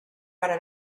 para